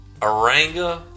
Oranga